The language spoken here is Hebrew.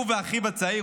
הוא ואחיו הצעיר.